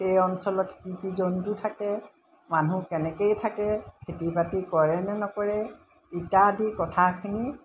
সেই অঞ্চলত কি কি জন্তু থাকে মানুহ কেনেকেই থাকে খেতি বাতি কৰে নে নকৰে ইত্যাদি কথাখিনি